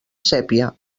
sépia